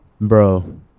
Bro